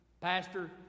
Pastor